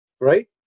Right